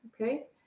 okay